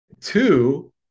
Two